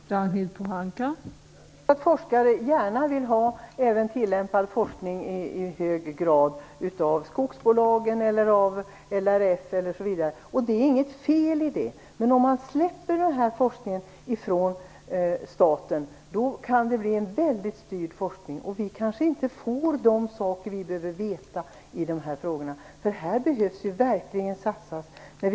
Fru talman! Jag vet att forskare gärna i hög grad vill ha även tillämpad forskning av skogsbolagen, LRF osv., och det är inget fel i det. Men om man släpper den här forskningen från staten kan det bli en väldigt styrd forskning. Vi kanske inte får veta vad vi behöver veta i de här frågorna. Det behöver verkligen satsas här.